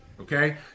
Okay